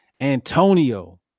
Antonio